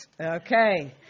Okay